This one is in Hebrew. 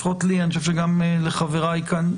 לפחות לי ואני חושב שגם לחבריי כאן,